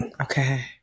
Okay